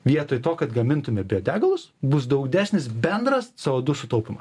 vietoj to kad gamintume biodegalus bus daug didesnis bendras c o du sutaupymas